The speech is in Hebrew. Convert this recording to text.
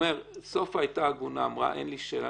סופה היתה הגונה ואמרה: אין לי שאלה,